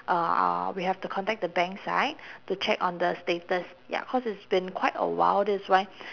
uh ah we will have to contact the bank side to check on the status ya cause it's been quite a while this is why